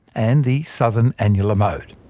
and the southern annular mode.